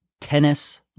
tennis